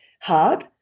hard